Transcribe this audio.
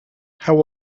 how